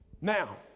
Now